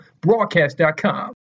Broadcast.com